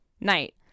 night